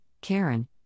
Karen